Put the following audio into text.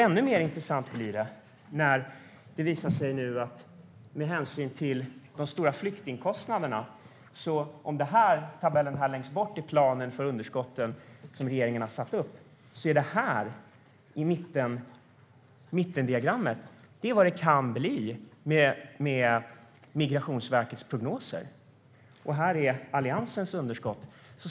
Ännu mer intressant blir det om man tar hänsyn till de stora flyktingkostnaderna. Jag har ännu ett diagram. Längst bort är planen för underskotten, som regeringen har satt upp. I mitten ser vi vad det kan bli med Migrationsverkets prognoser. Vi kan också se Alliansens underskott.